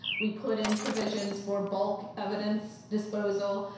we put in provisions for bulk evidence disposal,